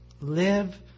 Live